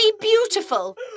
beautiful